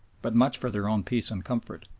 but much for their own peace and comfort.